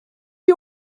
you